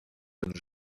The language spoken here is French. jeunes